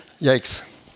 Yikes